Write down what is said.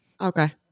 okay